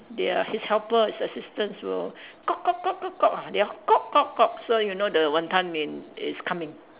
they are his helpers assistants will their so you know their Wanton-Mian is coming